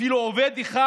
אפילו עובד אחד